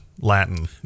Latin